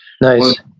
Nice